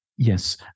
Yes